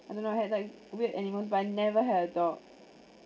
I don't know I had like weird animals but I never had a dog